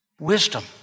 Wisdom